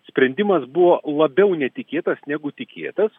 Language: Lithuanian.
sprendimas buvo labiau netikėtas negu tikėtas